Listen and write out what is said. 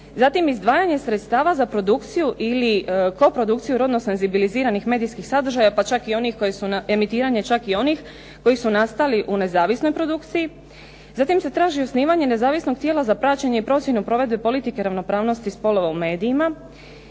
Zatim, izdvajanje sredstava za produkciju ili koprodukciju rodno senzibiliziranih medijskih sadržaja pa čak i onih koji su na, emitiranje čak i onih koji su nastali u nezavisnoj produkciji. Zatim se traži osnivanje nezavisnog tijela za praćenje i procjenu provedbe politike ravnopravnosti spolova u medijima.